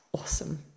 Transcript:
Awesome